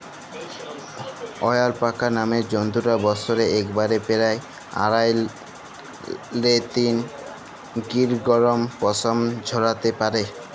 অয়ালাপাকা নামের জন্তুটা বসরে একবারে পেরায় আঢ়াই লে তিন কিলগরাম পসম ঝরাত্যে পারে